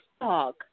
dog